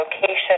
location